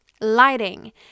lighting